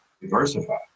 diversify